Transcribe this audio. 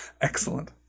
Excellent